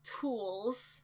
tools